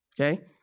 okay